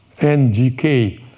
NGK